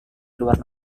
luar